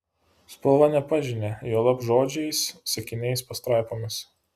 spalva nepažini juolab žodžiais sakiniais pastraipomis